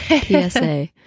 PSA